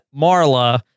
Marla